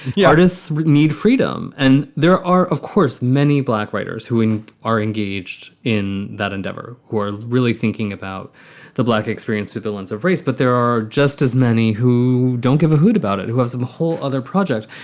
the artists need freedom. and there are, of course, many black writers who are engaged in that endeavor who are really thinking about the black experience, civilians of race. but there are just as many who don't give a hoot about it, who have some whole other projects.